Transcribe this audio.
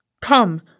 Come